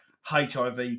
HIV